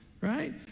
right